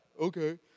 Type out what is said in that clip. okay